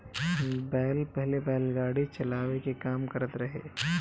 बैल पहिले बैलगाड़ी चलावे के काम करत रहे